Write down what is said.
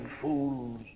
fools